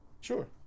Sure